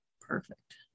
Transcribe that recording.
Perfect